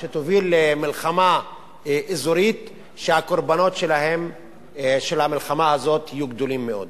שתוביל למלחמה אזורית שהקורבנות שלה יהיו גדולים מאוד.